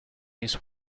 his